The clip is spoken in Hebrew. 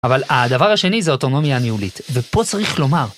אבל הדבר השני זה אוטונומיה הניהולית, ופה צריך לומר.